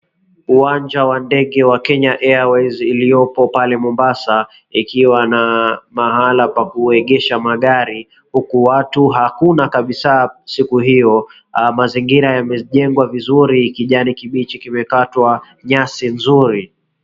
Uwanja wa ndege wa KENYA AIRWAYS iliopo pale Mombasa ikiwa na mahala pa kuegesha magari huku watu hakuna kabisa siku hio. Mazingira yamejengwa vizuri kijani kibichi kimekatwa nyasi nzuri.